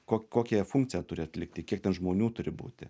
ko kokią jie funkciją turi atlikti kiek ten žmonių turi būti